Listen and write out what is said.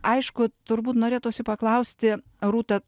aišku turbūt norėtųsi paklausti rūta